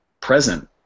present